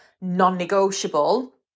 non-negotiable